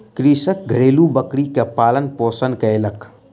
कृषक घरेलु बकरी के पालन पोषण कयलक